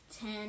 ten